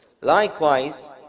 Likewise